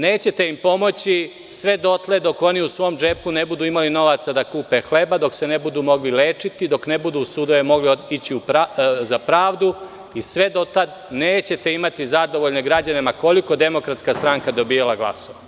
Nećete im pomoći sve dotle dok oni u svom džepu ne budu imali novca da kupe hleb, dok se ne budu mogli lečiti, dok ne budu u sud mogli da idu za pravdu i sve do tad nećete imati zadovoljne građane ma koliko DS dobijala glasova.